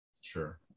Sure